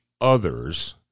others